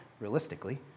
realistically